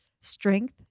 strength